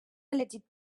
elegit